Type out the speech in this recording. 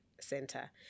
Center